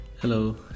Hello